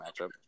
matchup